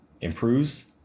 improves